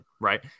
right